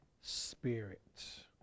Spirit